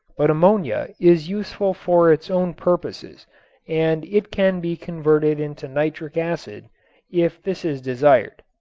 but ammonia is useful for its own purposes and it can be converted into nitric acid if this is desired.